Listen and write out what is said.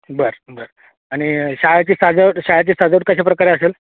बर बर आणि शाळेची सजावट शाळेची सजावट कशा प्रकारे असेल